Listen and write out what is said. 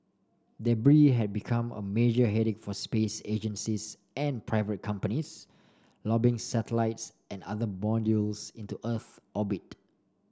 debris had become a major headache for space agencies and private companies lobbing satellites and other modules into Earth orbit